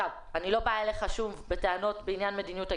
אני לא באה אליך בטענות בעניין מדיניות הגירה,